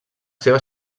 seva